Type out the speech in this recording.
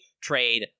trade